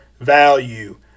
value